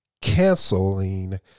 Canceling